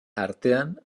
artean